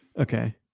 Okay